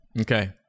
Okay